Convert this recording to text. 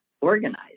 organized